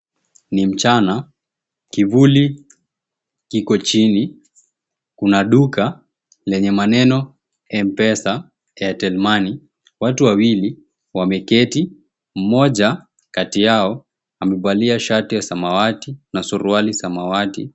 Ni mchana kivuli kiko chini, kuna duka lenye maneno M-pesa, Airtel Money. Watu wawili wameketi mmoja kati yao amevalia shati ya samawati na suruali samawati.